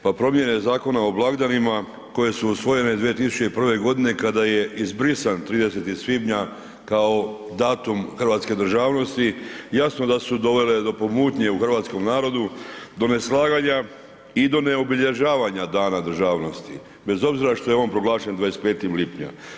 Pa promjene zakon o blagdanima koje su usvojene 2001. g. kada je izbrisan 30. svibnja kao datum hrvatske državnosti, jasno da su dovele do pomutnje u hrvatskom narodu, do neslaganja i do neobilježavanja Dana državnosti bez obzira što je on proglašen 25. lipnja.